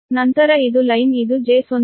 ನಂತರ ಇದು ಲೈನ್ ಇದು j0